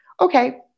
okay